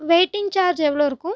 waiting charge எவ்வளோ இருக்கும்